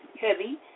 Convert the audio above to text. heavy